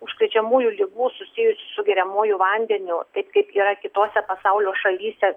užkrečiamųjų ligų susijusių su geriamuoju vandeniu taip kaip yra kitose pasaulio šalyse